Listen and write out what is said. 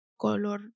color